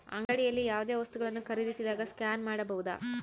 ಅಂಗಡಿಯಲ್ಲಿ ಯಾವುದೇ ವಸ್ತುಗಳನ್ನು ಖರೇದಿಸಿದಾಗ ಸ್ಕ್ಯಾನ್ ಮಾಡಬಹುದಾ?